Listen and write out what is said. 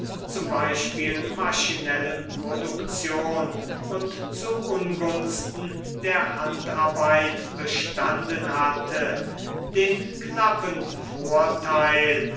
z b maschinellen produktion und zu ungunsten der handarbeit bestanden hatte den knappen vorteil